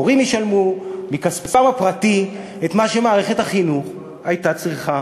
ההורים ישלמו מכספם הפרטי את מה שמערכת החינוך הייתה צריכה